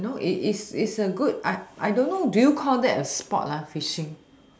you know it it's it's a good I I don't know do you call that's a sport lah fishing